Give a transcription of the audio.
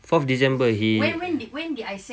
fourth december he